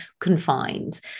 confined